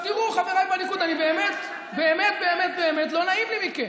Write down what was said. חבריי בליכוד, באמת באמת באמת לא נעים לי מכם.